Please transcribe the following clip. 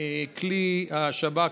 בכלי השב"כ,